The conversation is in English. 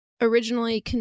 originally